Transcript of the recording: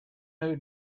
who